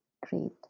Great